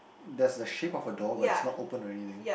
there's the shape of a door but it's not open or anything